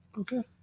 Okay